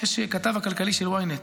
הכתב הכלכלי של ynet.